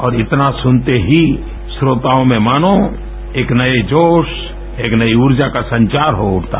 और इतना सुनते ही श्रोताओं में मानो एक नए जोश एक नई ऊर्जा का संचार हो उठता